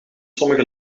sommige